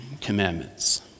commandments